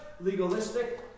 legalistic